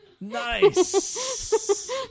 Nice